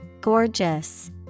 Gorgeous